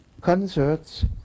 concerts